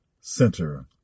Center